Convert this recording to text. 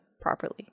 properly